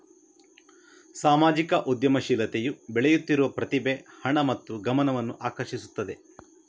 ಸಾಮಾಜಿಕ ಉದ್ಯಮಶೀಲತೆಯು ಬೆಳೆಯುತ್ತಿರುವ ಪ್ರತಿಭೆ, ಹಣ ಮತ್ತು ಗಮನವನ್ನು ಆಕರ್ಷಿಸುತ್ತಿದೆ